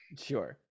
sure